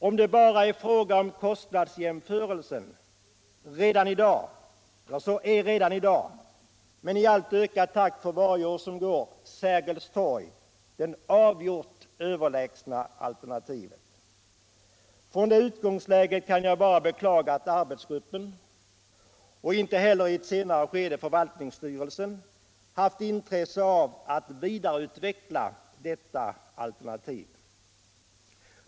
Om det bara är fråga om en kostnadsjämförelse, är redan i dag - men i alltmer ökad takt för varje år som går — Sergels torg det avgjort överlägsna alternativet. Från det utgängsläget kan jag bara beklaga att arbetsgruppen — och inte heller i ett senare skede förvaltningsstyrelsen — har haft intresse av att vidareutveckla detta alternativ.